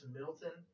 Middleton